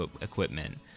equipment